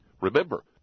Remember